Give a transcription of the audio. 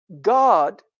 God